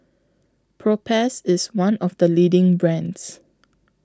Propass IS one of The leading brands